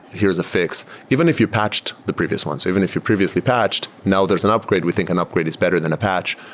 here's a fix, even if you patched the previous ones. so even if you previously patched. now there's an upgrade. we think an upgrade is better than a patch.